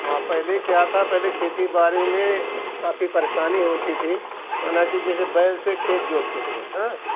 हाँ पहले क्या था पहले खेती बाड़ी में काफ़ी परेशानी होती थी माना कि जैसे बैल से खेत जोतते थे हाँ